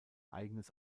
eigenes